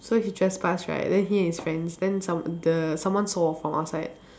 so he trespass right then he and his friends then someone the someone saw from outside